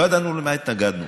לא ידענו למה התנגדנו.